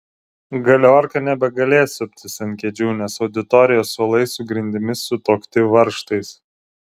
galiorka nebegalės suptis ant kėdžių nes auditorijos suolai su grindimis sutuokti varžtais